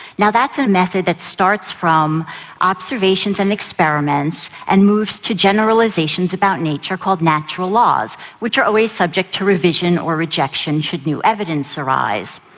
now that's a method that starts from observations and experiments and moves to generalisations about nature called natural laws, which are always subject to revision or rejection should new evidence arise.